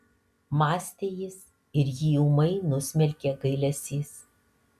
mąstė jis ir jį ūmai nusmelkė gailesys